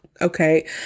Okay